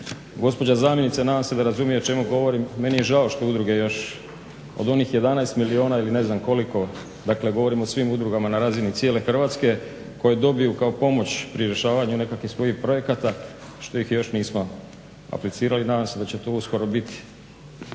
Gospođa zamjenica nadam se da razumije o čemu govorim, meni je žao što udruge još od onih 11 milijuna ili ne znam koliko, dakle govorim o svim udrugama na razini cijele Hrvatske, koje dobiju kao pomoć pri rješavanju nekakvih svojih projekata što ih još nismo aplicirali. Nadam se da će to uskoro biti.